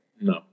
No